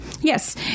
Yes